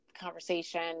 conversation